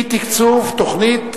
אי-תקצוב תוכנית